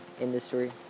industry